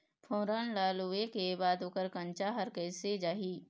फोरन ला लुए के बाद ओकर कंनचा हर कैसे जाही?